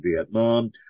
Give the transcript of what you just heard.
Vietnam